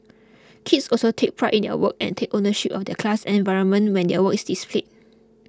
kids also take pride in their work and take ownership of their class environment when their work is displayed